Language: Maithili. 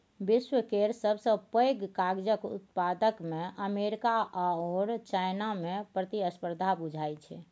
विश्व केर सबसे पैघ कागजक उत्पादकमे अमेरिका आओर चाइनामे प्रतिस्पर्धा बुझाइ छै